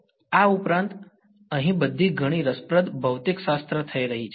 આ ઉપરાંત અહીં ઘણી બધી રસપ્રદ ભૌતિકશાસ્ત્ર થઈ રહી છે